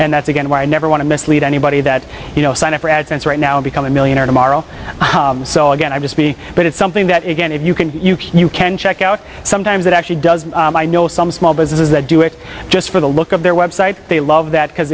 and that's again why i never want to mislead anybody that you know sign up for ad sense right now and become a millionaire tomorrow so again i'm just me but it's something that again if you can you can check out sometimes it actually does i know some small businesses that do it just for the look of their web site they love that because